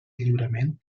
lliurament